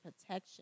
protection